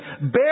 Bear